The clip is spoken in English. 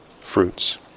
fruits